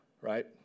Right